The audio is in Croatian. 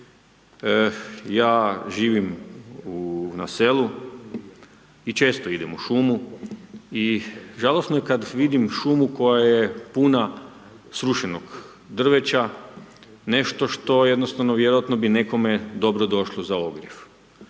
Ja živim na selu i često idem u šumu i žalosno je kada vidim šumu koja je puna srušenog drveća, nešto što jednostavno vjerojatno bi nekome dobro došlo za ogrjev.